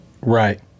Right